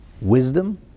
wisdom